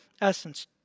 essence